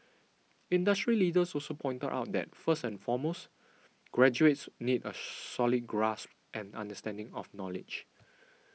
industry leaders also pointed out that first and foremost graduates need a solid grasp and understanding of knowledge